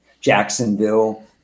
Jacksonville